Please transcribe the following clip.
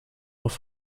auf